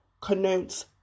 connotes